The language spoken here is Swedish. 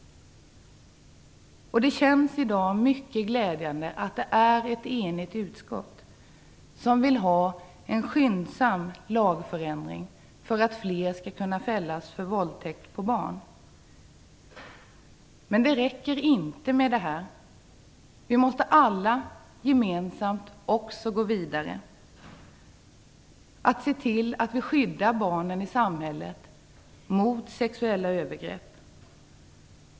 Det känns i dag mycket glädjande att ett enigt utskott vill ha en skyndsam lagändring för att fler skall kunna fällas för våldtäkt på barn. Men det räcker inte med detta. Vi måste också alla gemensamt gå vidare för att se till att barn i samhället skyddas mot sexuella övergrepp.